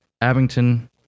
Abington